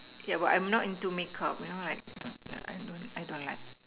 yeah but I'm not into make up yeah you know like I don't I don't like